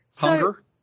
Hunger